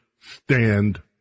stand